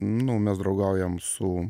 nu mes draugaujam su